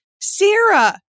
Sarah